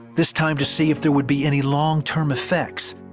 this time to see if there would be any long term effects.